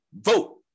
vote